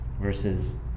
versus